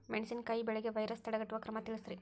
ಮೆಣಸಿನಕಾಯಿ ಬೆಳೆಗೆ ವೈರಸ್ ತಡೆಗಟ್ಟುವ ಕ್ರಮ ತಿಳಸ್ರಿ